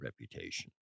reputation